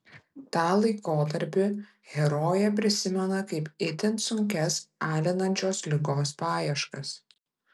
tą laikotarpį herojė prisimena kaip itin sunkias alinančios ligos paieškas